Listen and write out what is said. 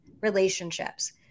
Relationships